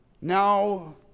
Now